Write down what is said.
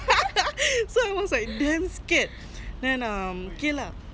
so I was like damn scared then um K lah